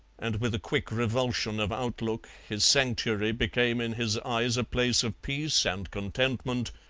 and with a quick revulsion of outlook his sanctuary became in his eyes a place of peace and contentment,